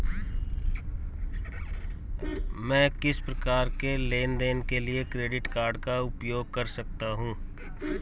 मैं किस प्रकार के लेनदेन के लिए क्रेडिट कार्ड का उपयोग कर सकता हूं?